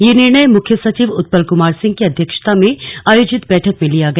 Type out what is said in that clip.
यह निर्णय मुख्य सचिव उत्पल कुमार सिंह की अध्यक्षता में आयोजित बैठक में लिया गया